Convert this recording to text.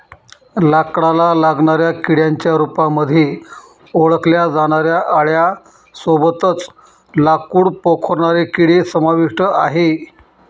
लाकडाला लागणाऱ्या किड्यांच्या रूपामध्ये ओळखल्या जाणाऱ्या आळ्यां सोबतच लाकूड पोखरणारे किडे समाविष्ट आहे